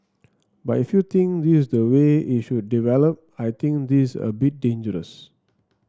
but if you think this is the way it should develop I think this is a bit dangerous